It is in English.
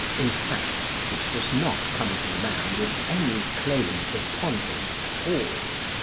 in fact, it does not come to man with any claims upon him at all.